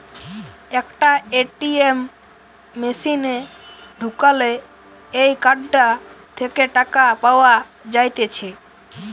একটা এ.টি.এম মেশিনে ঢুকালে এই কার্ডটা থেকে টাকা পাওয়া যাইতেছে